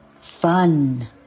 fun